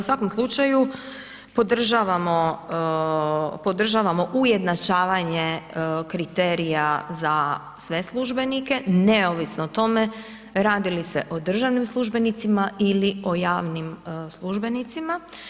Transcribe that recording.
U svakom slučaju, podržavamo, podržavamo ujednačavanje kriterija za sve službenike neovisno o tome radi li se o državnim službenicima ili o javnim službenicima.